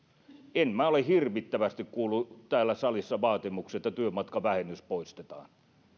en minä ole hirvittävästi kuullut täällä salissa vaatimuksia että työmatkavähennys poistetaan